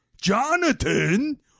Jonathan